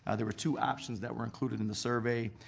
ah there were two options that were included in the survey.